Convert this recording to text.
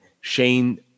Shane